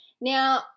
Now